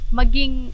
maging